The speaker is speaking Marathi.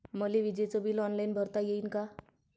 मले विजेच बिल ऑनलाईन भरता येईन का?